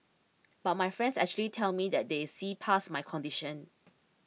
but my friends actually tell me that they see past my condition